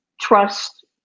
trust